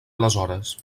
aleshores